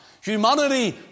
Humanity